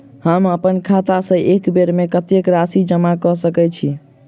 हम अप्पन खाता सँ एक बेर मे कत्तेक राशि जमा कऽ सकैत छी?